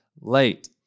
late